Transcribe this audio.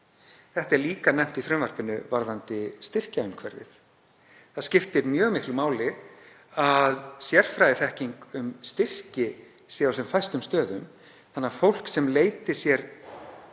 Þetta er líka nefnt í frumvarpinu varðandi styrkjaumhverfið. Það skiptir mjög miklu máli að sérfræðiþekking um styrki sé á sem fæstum stöðum þannig að fólk sem leitar